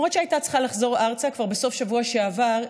למרות שהייתה צריכה לחזור ארצה כבר בסוף השבוע שעבר,